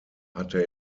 hatte